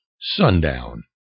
Sundown